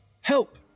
Help